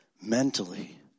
Mentally